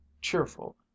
cheerful